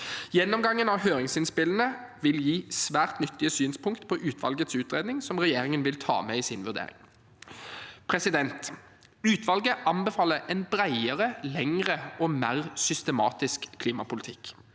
Gjennomgangen av høringsinnspillene vil gi svært nyttige synspunkt på utvalgets utredning som regjeringen vil ta med i sin vurdering. Utvalget anbefaler en bredere, lengre og mer systematisk klimapolitikk.